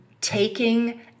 taking